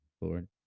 Lord